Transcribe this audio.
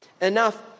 enough